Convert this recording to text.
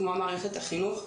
כמו מערכת החינוך,